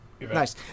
Nice